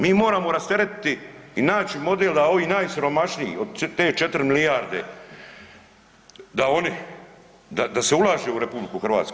Mi moramo rasteretiti i naći model da ovi najsiromašniji od te 4 milijarde da oni da se ulaže u RH.